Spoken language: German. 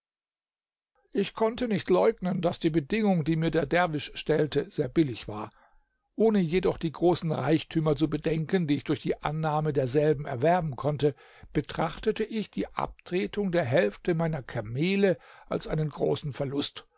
ich konnte nicht leugnen daß die bedingung die mir der derwisch stellte sehr billig war ohne jedoch die großen reichtümer zu bedenken die ich durch annahme derselben erwerben konnte betrachtete ich die abtretung der hälfte meiner kamele als einen großen verlust